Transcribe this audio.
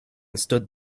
stood